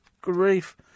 Grief